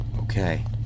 Okay